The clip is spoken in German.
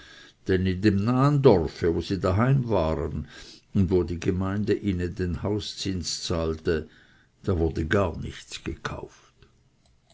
in dem nahen dorfe wo sie daheim waren und wo die gemeinde ihnen den hauszins zahlte da wurde gar nichts gekauft